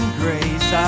grace